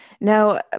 Now